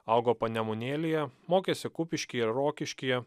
augo panemunėlyje mokėsi kupiškyje rokiškyje